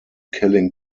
killing